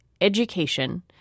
education